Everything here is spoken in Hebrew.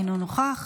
אינו נוכח.